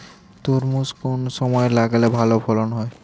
তরমুজ কোন সময় লাগালে ভালো ফলন হয়?